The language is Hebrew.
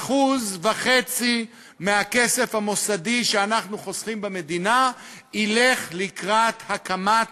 1.5% מהכסף המוסדי שאנחנו חוסכים במדינה ילך לקראת הקמת